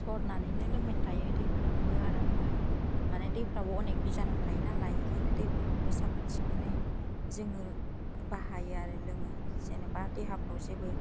सरनानैनो लोंबाय थायो दैफोरखौबो आरामनो माने दैफोरावबो अनेग बिजानु थायो नालाय बेखायनो दैफोरखौबो साखोन सिखोनै जोङो बाहायो आरो लोङो जेनोबा देहाफ्राव जेबो